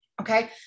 Okay